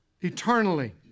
eternally